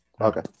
Okay